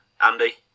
Andy